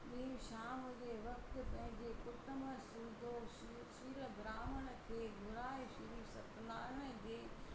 ॾींहुं शाम जे वक़्तु पंहिंजे कुटुंब सूधो सू सीर ब्रामण खे घुराए श्री स्त्यनारायण जे